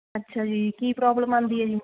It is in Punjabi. ਅੱਛਾ ਜੀ ਕੀ ਪ੍ਰੋਬਲਮ ਆਉਂਦੀ ਹੈ ਜੀ